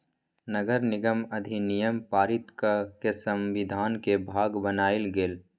नगरनिगम अधिनियम पारित कऽ के संविधान के भाग बनायल गेल